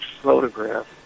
photograph